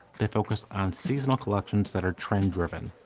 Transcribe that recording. they focus on seasonal collections that are trend-driven.